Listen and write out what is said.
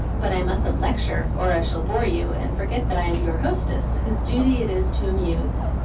but i mustn't lecture, or i shall bore you, and forget that i am your hostess, whose duty it is to amuse.